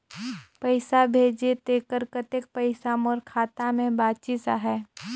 पइसा भेजे तेकर कतेक पइसा मोर खाता मे बाचिस आहाय?